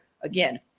again